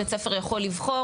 בית ספר יכול לבחור